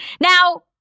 Now